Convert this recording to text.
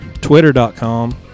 twitter.com